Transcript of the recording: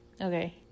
Okay